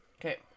Okay